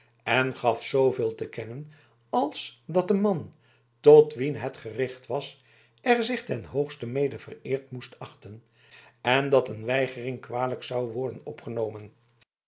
en gaf zooveel te kennen als dat de man tot wien het gericht was er zich ten hoogste mede vereerd moest achten en dat een weigering kwalijk zou worden opgenomen